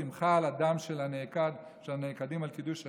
השמחה על הדם של הנעקדים על קידוש השם.